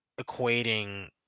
equating